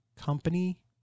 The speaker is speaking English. company